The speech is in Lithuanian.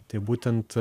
tai būtent